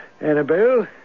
Annabelle